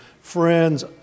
friends